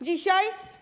Dzisiaj?